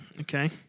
Okay